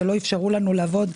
לא אפשרו לנו לעבוד,